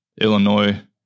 Illinois